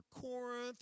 Corinth